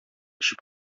очып